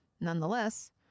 nonetheless